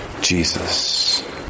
Jesus